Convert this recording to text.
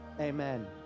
Amen